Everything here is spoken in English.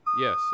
Yes